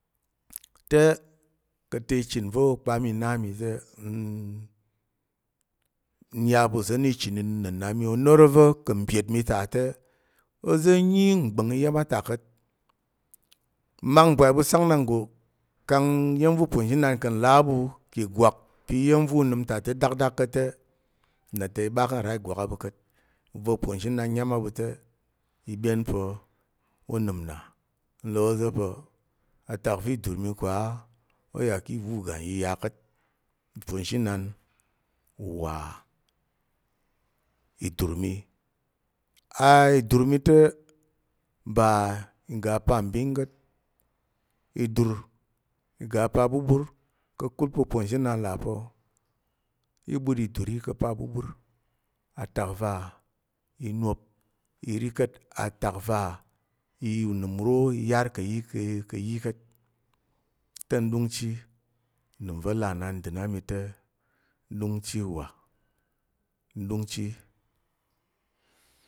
Te ka̱ te ichən va̱ ukpa mi na mi te, n nya pa̱ uza̱ na ichən inəna̱n na mi o noro va̱ ka̱ mbyet mi ta te, oza̱ nyi mɓa̱ng iya̱m a ta ka̱t. Mmak mbwai ɓu sang ɗanggo kang iya̱m va̱ uponzinan ka̱ nlà a ɓu ki ìgwak pa̱ iya̱m va̱ unəm ta te dakdak ka̱t te, nna ta i ɓa ka̱ nra ìgwak a ɓu ka̱t i va uponzhinan nyám a ɓu te, i ɓyen pa̱ u nəm nna. N là ôza̱ pa̱ a tak vi idur mi ko á o yà ki iwu iga nyiya ka̱t. Uponzhinan wa idur mi á. Idur mi te ba iga pambin ka̱t. Idur iga apaɓuɓur ka̱kul pa̱ uponzhinan là pa̱ i ɓut idur yi ka̱ paɓuɓur, atak va inop i ri ka̱t, atak va unəm uro i yar ka̱ yi ka̱ yi ka̱t. Te n ɗungchi ûnəm va̱ là nnandən a mi te n ɗungchi u wa n ɗungchi.